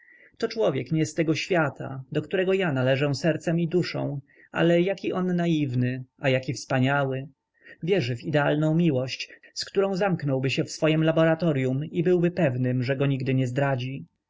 to człowiek nie z tego świata do którego ja należę sercem i duszą ach jaki on naiwny a jaki wspaniały wierzy w idealną miłość z którą zamknąłby się w swojem laboratoryum i był pewnym że go nigdy nie zdradzi